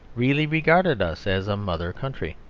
really regarded us as a mother country.